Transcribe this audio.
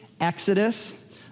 Exodus